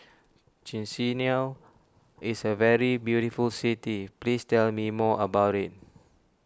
Chisinau is a very beautiful city please tell me more about it